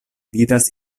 vidas